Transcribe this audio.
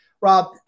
Rob